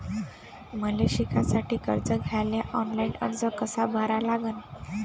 मले शिकासाठी कर्ज घ्याले ऑनलाईन अर्ज कसा भरा लागन?